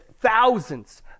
thousands